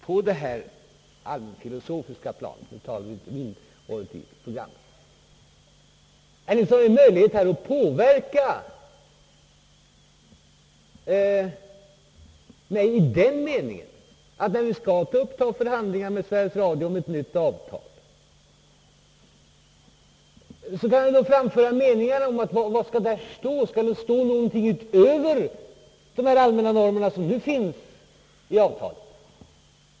På det allmänfilosofiska planet: Herr Nilsson har ju möjlighet att påverka mig i den meningen, att han när vi skall ta upp förhandlingar med Sveriges Radio om nytt avtal, kan framföra meningar om vad som skall stå i detta. Skall där stå någonting utöver de allmänna normer som nu finns i avtalet?